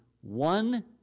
one